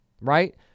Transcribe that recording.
right